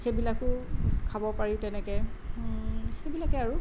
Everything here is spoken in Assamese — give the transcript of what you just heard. সেইবিলাকো খাব পাৰি তেনেকে সেইবিলাকে আৰু